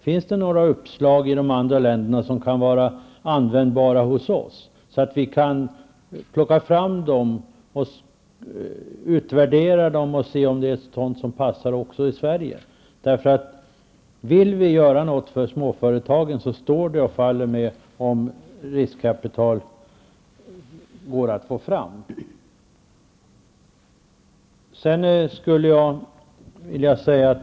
Finns det några uppslag i dessa länder som kan vara användbara hos oss och som vi kan utvärdera för att se om de kan passa även i Sverige? Om vi vill göra något för småföretagen står det och faller med om riskvilligt kapital går att få fram.